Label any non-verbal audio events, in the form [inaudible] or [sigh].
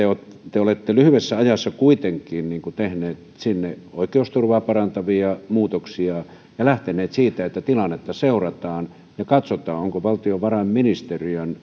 te olette lyhyessä ajassa kuitenkin tehneet sinne oikeusturvaa parantavia muutoksia ja lähteneet siitä että tilannetta seurataan ja katsotaan ovatko valtiovarainministeriön [unintelligible]